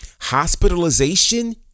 Hospitalization